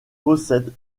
possède